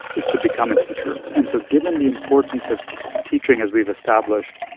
is to become a teacher and so given the importance of teaching, as we've established,